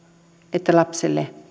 että lapselle